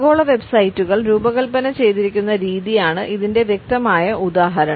ആഗോള വെബ്സൈറ്റുകൾ രൂപകൽപ്പന ചെയ്തിരിക്കുന്ന രീതിയാണ് ഇതിന്റെ വ്യക്തമായ ഉദാഹരണം